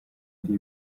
ari